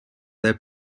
their